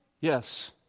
Yes